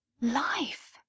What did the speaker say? Life